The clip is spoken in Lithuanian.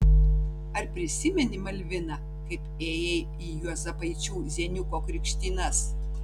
ar prisimeni malvina kaip ėjai į juozapaičių zeniuko krikštynas